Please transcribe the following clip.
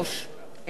אינה נוכחת